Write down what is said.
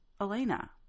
Elena